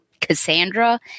Cassandra